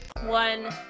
One